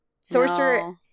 sorcerer